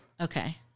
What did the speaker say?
Okay